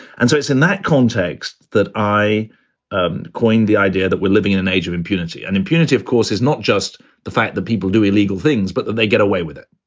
and so it's in that context that i and coined the idea that we're living in an age of impunity and impunity, of course, is not just the fact that people do illegal things, but that they get away with it.